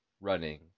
running